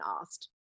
asked